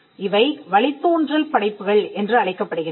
இவை வழித்தோன்றல் படைப்புகள் என்று அழைக்கப்படுகின்றன